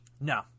No